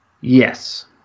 yes